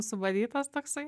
suvarytas toksai